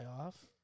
off